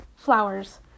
flowers